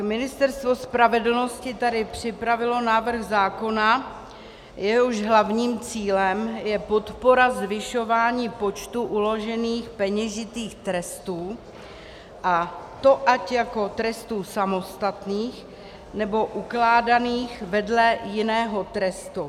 Ministerstvo spravedlnosti tady připravilo návrh zákona, jehož hlavním cílem je podpora zvyšování počtu uložených peněžitých trestů, a to ať jako trestů samostatných, nebo ukládaných vedle jiného trestu.